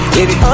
Baby